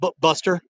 buster